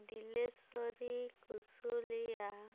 Dileswari Kusulia